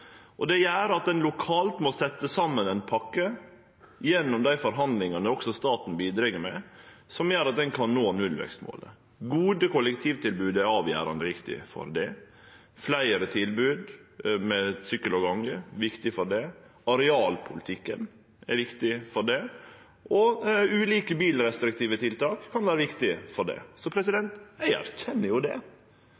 og det gjer at ein lokalt må setje saman ei pakke, gjennom dei forhandlingane der også staten bidreg, som gjer at ein kan nå nullvekstmålet. Gode kollektivtilbod er avgjerande viktig for det, fleire tilbod for sykkel og gange er viktig for det, arealpolitikken er viktig for det, og ulike bilrestriktive tiltak kan vere viktig for det.